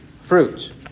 fruit